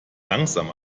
langsam